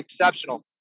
exceptional